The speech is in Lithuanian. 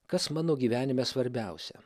kas mano gyvenime svarbiausia